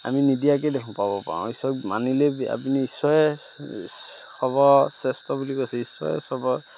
আমি নিদিয়াকেই দেখোন পাব পাৰোঁ ঈশ্বৰক মানিলে আপুনি ঈশ্বৰে চবৰ শ্ৰেষ্ঠ বুলি কৈছে ঈশ্বৰে চবৰ